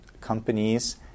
companies